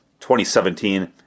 2017